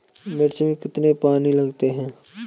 मिर्च में कितने पानी लगते हैं?